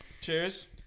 Cheers